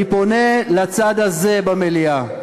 אני פונה לצד הזה במליאה,